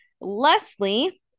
Leslie